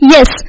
Yes